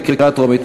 בקריאה טרומית.